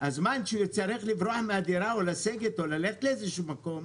בגלל הזמן שהוא יצטרך לברוח מהדירה או ללכת לאיזה מקום.